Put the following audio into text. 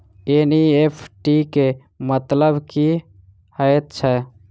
NEFT केँ मतलब की हएत छै?